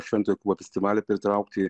švento jokūbo festivalį pritraukti